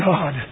God